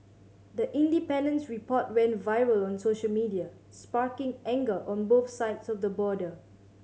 the Independent's report went viral on social media sparking anger on both sides of the border